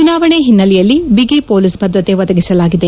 ಚುನಾವಣೆ ಹಿನ್ನೆಲೆಯಲ್ಲಿ ಐಗಿ ಮೊಲೀಸ್ ಭದ್ರತೆ ಒದಗಿಸಲಾಗಿದೆ